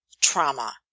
Trauma